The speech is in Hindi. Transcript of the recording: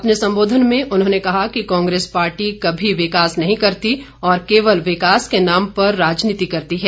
अपने संबोधन में उन्होंने कहा कि कांग्रेस पार्टी कभी विकास नहीं करती और केवल विकास के नाम पर राजनीति करती है